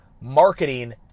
Marketing